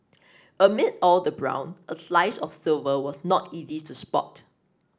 amid all the brown a slice of silver was not easy to spot